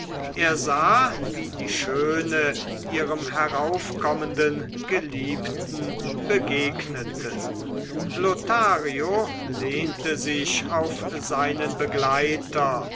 er sah wie die schöne ihrem heraufkommenden geliebten begegnete lothario lehnte sich auf seinen begleiter